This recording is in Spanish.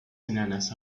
enanas